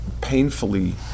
painfully